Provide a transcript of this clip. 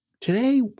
today